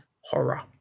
Horror